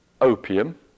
opium